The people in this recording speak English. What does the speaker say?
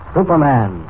Superman